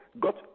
got